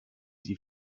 die